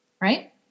right